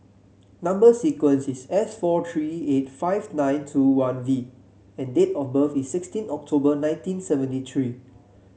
number sequence is S four three eight five nine two one V and date of birth is sixteen October nineteen seventy three